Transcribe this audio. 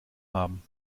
haben